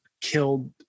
killed